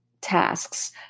tasks